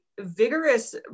vigorous